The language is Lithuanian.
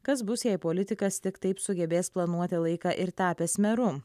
kas bus jei politikas tik taip sugebės planuoti laiką ir tapęs meru